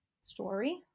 story